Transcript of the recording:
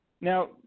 Now